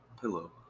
pillow